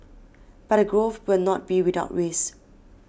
but the growth will not be without risk